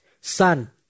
Son